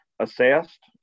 assessed